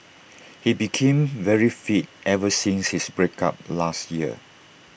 he became very fit ever since his break up last year